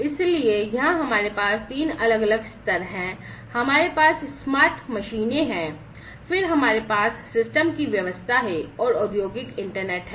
इसलिए यहां हमारे पास तीन अलग अलग स्तर हैं हमारे पास स्मार्ट मशीनें हैं फिर हमारे पास सिस्टम की व्यवस्था है और औद्योगिक इंटरनेट है